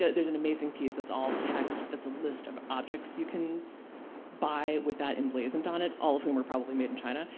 yeah there's an amazing piece that's all text that's a list of objects you can buy with that emblazoned on it, all of whom are probably made in china,